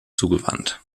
zugewandt